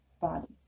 bodies